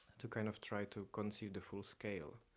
to kind of try to consider full scale.